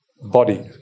body